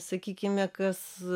sakykime kas